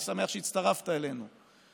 אני שמח שהצטרפת אלינו,